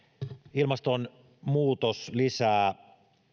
ilmastonmuutos lisää